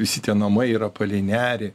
visi tie namai yra palei nerį